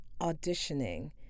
auditioning